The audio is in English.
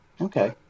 Okay